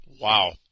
Wow